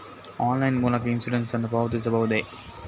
Online ಮೂಲಕ insurance ನ್ನು ಪಾವತಿಸಬಹುದೇ?